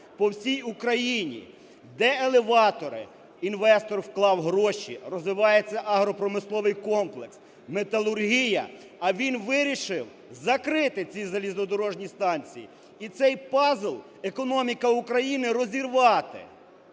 по всій Україні. Де елеватори? Інвестор вклав гроші, розвивається агропромисловий комплекс, металургія, а він вирішив закрити ці залізнодорожні станції. І цей пазл "економіка України" розірвати.